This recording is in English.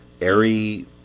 airy